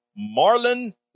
Marlon